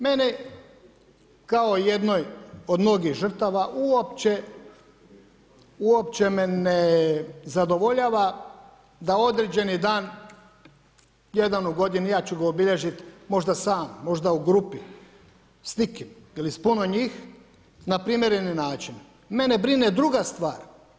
Mene kao jednoj od mnogih žrtava uopće me ne zadovoljava da određeni dan jedan u godini, ja ću ga obilježiti možda sam, možda u grupi, s nikim ili s puno njih na primjereni način, mene brine druga stvar.